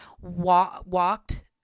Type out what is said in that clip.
walked